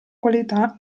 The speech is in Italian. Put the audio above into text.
qualità